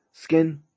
skin